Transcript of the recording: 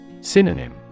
Synonym